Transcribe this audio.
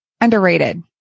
underrated